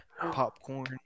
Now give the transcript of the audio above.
popcorn